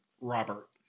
Robert